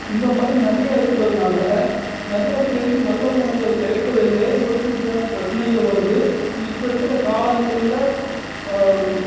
இந்த மாதிரி நிறைய இருக்குறதுனால நிறையா பேருக்கு நல்ல உணவுகள் கிடைப்பது இல்லை உடல் ரீதியாக பிரச்சனைகள் வருது இருப்ப இருக்கிற காலங்கள்ல